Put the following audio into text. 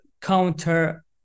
counter